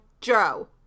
Joe